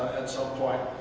some point.